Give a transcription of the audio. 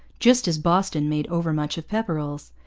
just as boston made overmuch of pepperrell's.